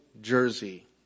jersey